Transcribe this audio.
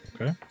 Okay